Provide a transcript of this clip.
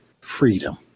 freedom